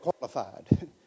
qualified